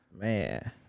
Man